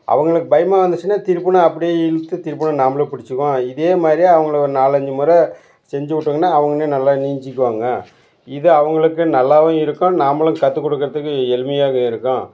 அவங்களுக்கு பயமாக இருந்துச்சுன்னா திருப்பின அப்டேயே இழுத்து திருப்பின நாம்பளே பிடிச்சிக்கும் இதே மாதிரியே அவங்கள ஒரு நாலஞ்சு முறை செஞ்சு விட்டிங்கனா அவங்களே நல்ல நீஞ்சிக்குவாங்க இதை அவங்களுக்கு நல்லாவும் இருக்கும் நாமளும் கற்று கொடுக்குறதுக்கு எளிமையாக இருக்கும்